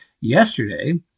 yesterday